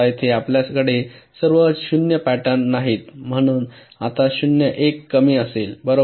आता येथे आपल्याकडे सर्व 0 पॅटर्न नाहीत म्हणून आता शून्य 1 कमी असेल